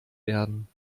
werden